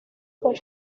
for